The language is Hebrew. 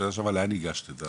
שנה שעברה לאן הגשת?